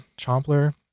chompler